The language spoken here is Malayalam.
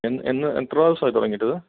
എന്ന് എന്ന് എത്ര ദിവസമായി തുടങ്ങീട്ട് ഇത്